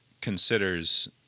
considers